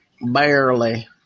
barely